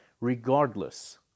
regardless